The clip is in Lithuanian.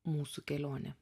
mūsų kelionė